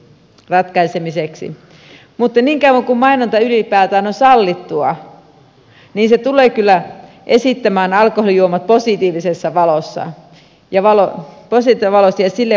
mutta niin kauan kuin mainonta ylipäätään on sallittua se tulee kyllä esittämään alkoholijuomat positiivisessa valossa ja sille ei voi mitään